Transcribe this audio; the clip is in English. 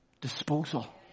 disposal